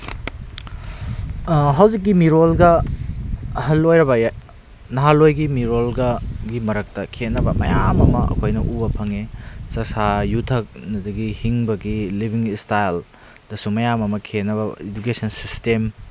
ꯍꯧꯖꯤꯛꯀꯤ ꯃꯤꯔꯣꯜꯒ ꯑꯍꯜ ꯑꯣꯏꯔꯕ ꯅꯍꯥꯟꯋꯥꯏꯒꯤ ꯃꯤꯔꯣꯜꯒꯒꯤ ꯃꯔꯛꯇ ꯈꯦꯟꯅꯕ ꯃꯌꯥꯝ ꯑꯃ ꯑꯩꯈꯣꯏꯅ ꯎꯕ ꯐꯪꯏ ꯆꯥꯛꯆꯥ ꯌꯨꯊꯛ ꯑꯗꯨꯗꯒꯤ ꯍꯤꯡꯕꯒꯤ ꯂꯤꯕꯤꯡ ꯏꯁꯇꯥꯏꯜꯗꯁꯨ ꯃꯌꯥꯝ ꯑꯃ ꯈꯦꯟꯅꯕ ꯏꯗꯨꯀꯦꯁꯟ ꯁꯤꯁꯇꯦꯝ